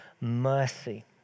mercy